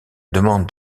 demande